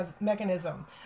mechanism